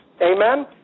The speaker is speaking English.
Amen